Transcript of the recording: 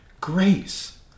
grace